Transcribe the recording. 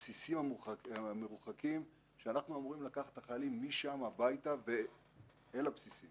הבסיסים המרוחקים שאנחנו אמורי לקחת את החיילים משם הבית ואל הבסיסים